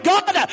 God